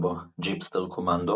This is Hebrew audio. "Jeepster Commando C104",